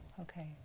Okay